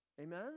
Amen